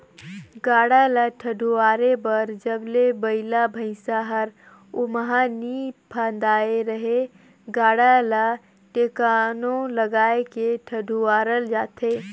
गाड़ा ल ठडुवारे बर जब ले बइला भइसा हर ओमहा नी फदाय रहेए गाड़ा ल टेकोना लगाय के ठडुवारल जाथे